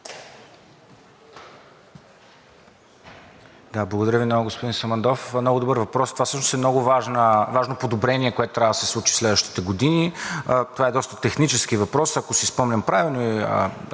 Благодаря Ви много, господин Самандов. Много добър въпрос. Това всъщност е много важно подобрение, което трябва да се случи в следващите години. Това е доста технически въпрос, ако си спомням правилно